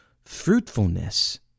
Fruitfulness